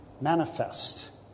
manifest